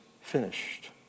finished